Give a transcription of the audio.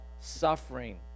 suffering